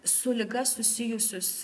su liga susijusius